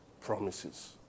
promises